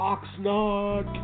Oxnard